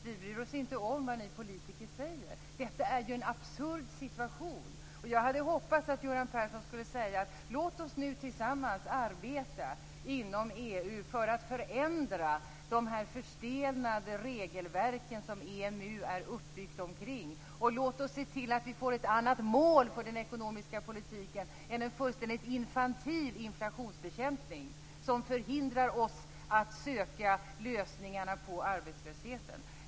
Vi bryr oss inte om vad ni politiker säger. Detta är ju en absurd situation. Jag hade hoppats att Göran Persson skulle säga: Låt oss nu tillsammans arbeta inom EU för att förändra de förstenade regelverk som EMU är uppbyggt omkring. Låt oss se till att vi får ett annat mål för den ekonomiska politiken än en fullständigt infantil inflationsbekämpning som hindrar oss att söka lösningarna på arbetslösheten.